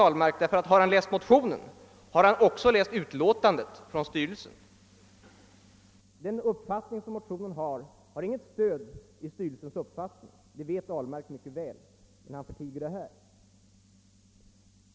Det vet givetvis herr Ahlmark, ty har han läst motionen så har han också läst styrelsens utlåtande och sett att motionen saknar stöd hos styrelsen; eller att det förhåller sig så det förtiger han här.